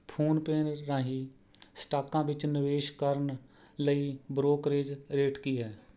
PhonePe ਰਾਹੀਂ ਸਟਾਕਾਂ ਵਿੱਚ ਨਿਵੇਸ਼ ਕਰਨ ਲਈ ਬ੍ਰੋਕਰੇਜ ਰੇਟ ਕੀ ਹੈ